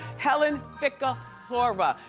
helen ficalora,